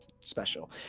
special